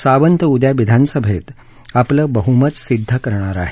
सावंत उद्या विधानसभेत आपलं बहुमत सिद्ध करणार आहेत